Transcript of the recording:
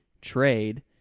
trade